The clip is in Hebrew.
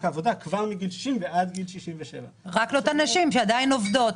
העבודה כבר מגיל 60 ועד גיל 67. רק לאותן נשים שעדיין עובדות.